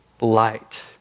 light